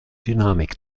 dynamik